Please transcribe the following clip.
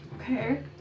Okay